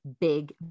big